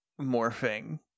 morphing